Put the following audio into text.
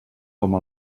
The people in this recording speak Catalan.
com